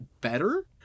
better